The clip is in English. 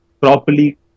properly